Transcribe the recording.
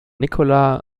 nicolas